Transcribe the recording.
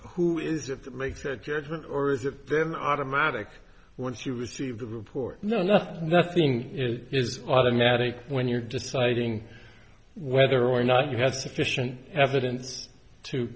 to make that judgement or is it then automatic when she received a report no nothing nothing is automatic when you're deciding whether or not you had sufficient evidence to